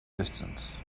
distance